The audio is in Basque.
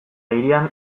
hirian